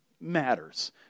matters